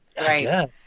Right